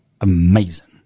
Amazing